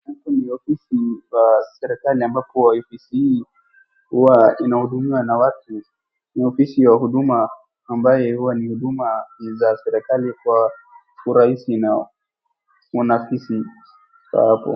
Hapa ni ofisi pa serikali ambapo huwa ofisi hii hua inahudumiwa na watu. Ni ofisi ya huduma ambaye huwa ni huduma za serikali kwa urahisi na unakisi wa hapo